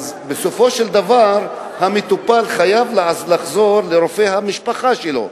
בסופו של דבר המטופל חייב לחזור לרופא המשפחה שלו.